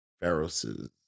Pharaoh's